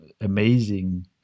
amazing